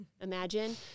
imagine